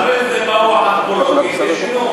ואחרי זה באו החכמולוגים ושינו.